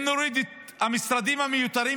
אם נוריד את המשרדים המיותרים,